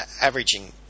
averaging